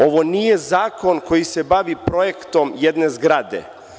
Ovo nije zakon koji se bavi projektom jedne zgrade.